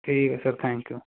ਠੀਕ ਹੈ sir thank you